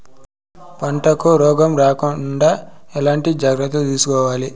పంటకు రోగం రాకుండా ఎట్లా జాగ్రత్తలు తీసుకోవాలి?